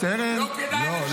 זאת לא הייתה המציאות הזאת.